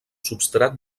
substrat